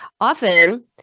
Often